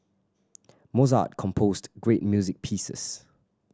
Mozart composed great music pieces